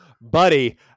Buddy